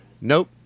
Nope